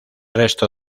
resto